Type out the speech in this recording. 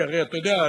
הרי אתה יודע,